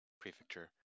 prefecture